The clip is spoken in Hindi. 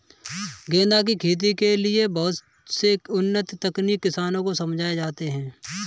गेंदा की खेती के लिए बहुत से उन्नत तकनीक किसानों को समझाए जाते हैं